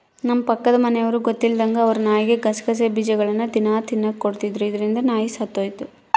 ನಮ್ಮ ಪಕ್ಕದ ಮನೆಯವರು ಗೊತ್ತಿಲ್ಲದಂಗ ಅವರ ನಾಯಿಗೆ ಗಸಗಸೆ ಬೀಜಗಳ್ನ ದಿನ ತಿನ್ನಕ ಕೊಡ್ತಿದ್ರು, ಇದರಿಂದ ನಾಯಿ ಸತ್ತೊಯಿತು